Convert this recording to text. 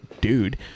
dude –